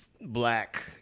Black